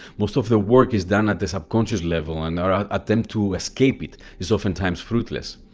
most of the work is done at a subconscious level and our attempt to escape it is oftentimes fruitless.